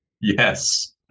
Yes